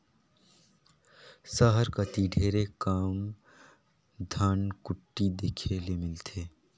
सहर कती ढेरे कम धनकुट्टी देखे ले मिलथे